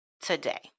today